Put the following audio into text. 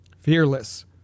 Fearless